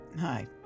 hi